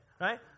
right